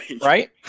Right